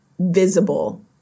visible